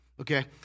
okay